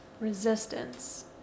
resistance